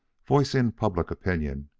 voicing public opinion,